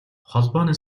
холбооны